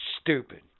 Stupid